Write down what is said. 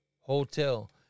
Hotel